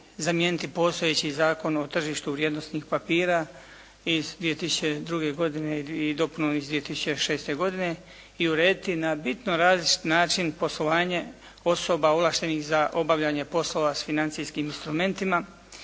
zamijeniti postojeći zakon o tržištu vrijednosnih papira iz 2002. godine i dopunom iz 2006. godine i urediti na bitno različit način poslovanje osoba ovlaštenih za obavljanje poslova s financijskim instrumentima,